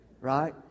Right